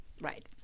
Right